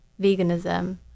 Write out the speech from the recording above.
veganism